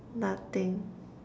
nothing